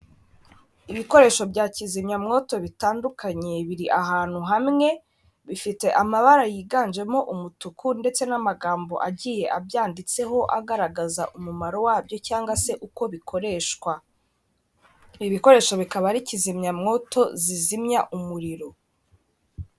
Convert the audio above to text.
Ibikoresho bya kizimyamwoto bitandukanye biri ahantu hamwe, bifite amabara yiganjemo umutuku, ndetse n'amagambo agiye abyanditseho, agaragaza umumaro wabyo cyangwa se uko bikoreshwa. Ibi bikoresho bikaba ari kizimyamwoto zizimya umuriro.